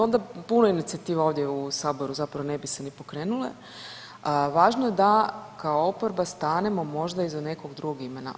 Onda puno je inicijativa ovdje u Saboru zapravo ne bi se ni pokrenule, a važno je da kao oporba stanemo, možda iza nekog drugog imena.